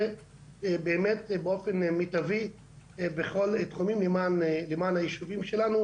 באמת באופן מיטבי בכל התחומים למען הישובים שלנו,